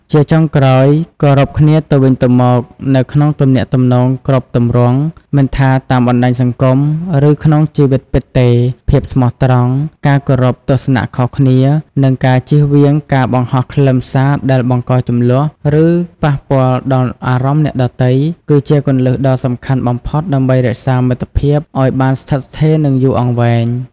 ជាចុងក្រោយ គោរពគ្នាទៅវិញទៅមក នៅក្នុងទំនាក់ទំនងគ្រប់ទម្រង់ មិនថាតាមបណ្ដាញសង្គម ឬក្នុងជីវិតពិតទេ ភាពស្មោះត្រង់ ការគោរពទស្សនៈខុសគ្នា និងការជៀសវាងការបង្ហោះខ្លឹមសារដែលបង្កជម្លោះ ឬប៉ះពាល់ដល់អារម្មណ៍អ្នកដទៃ គឺជាគន្លឹះដ៏សំខាន់បំផុតដើម្បីរក្សាមិត្តភាពឱ្យបានស្ថិតស្ថេរ និងយូរអង្វែង។